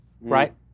right